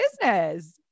business